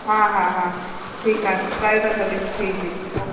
हा हा हा ठीकु आहे करे था छॾियूं जी जी ओ